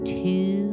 two